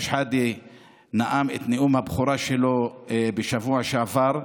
שחאדה נאם את נאום הבכורה שלו בשבוע שעבר,